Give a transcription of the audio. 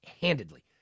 handedly